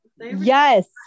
Yes